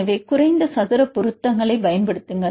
எனவே குறைந்த சதுர பொருத்தங்களைப் பயன்படுத்துங்கள்